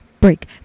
break